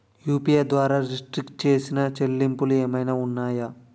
UPI ద్వారా restrict చేసిన చెల్లింపులు ఏమైనా ఉన్నాయా?